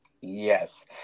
Yes